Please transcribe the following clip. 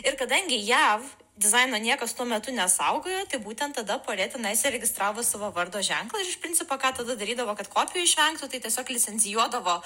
ir kadangi jav dizaino niekas tuo metu nesaugojo tai būtent tada porė tenai įsiregistravo savo vardo ženklą ir iš principo ką tada darydavo kad kopijų išvengtų tai tiesiog licencijuodavo